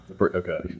Okay